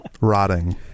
rotting